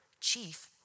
chief